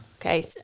Okay